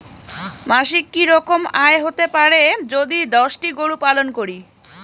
মাসিক কি রকম আয় হতে পারে যদি দশটি গরু পালন করি?